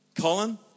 Colin